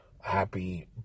happy